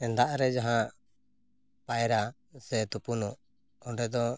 ᱫᱟᱜ ᱨᱮ ᱡᱟᱦᱟᱸ ᱯᱟᱭᱨᱟ ᱥᱮ ᱛᱩᱯᱩᱱᱚᱜ ᱚᱸᱰᱮ ᱫᱚ